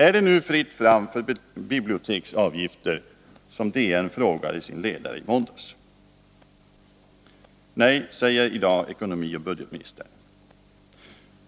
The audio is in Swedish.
Är det nu fritt fram för biblioteksavgifter, som DN frågade i sin ledare i måndags? Nej, säger i dag ekonomioch budgetministern.